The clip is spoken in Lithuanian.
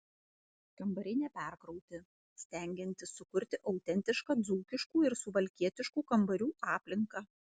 kambariai neperkrauti stengiantis sukurti autentišką dzūkiškų ir suvalkietiškų kambarių aplinką